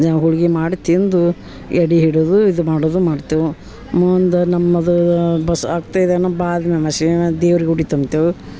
ಹೋಳ್ಗೆ ಮಾಡಿ ತಿಂದು ಎಡೆ ಹಿಡಿಯೋದು ಇದು ಮಾಡೋದು ಮಾಡ್ತೇವೆ ಮುಂದೆ ದೇವ್ರ್ಗೆ ಉಡಿ ತುಂಬ್ತೇವೆ